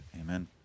Amen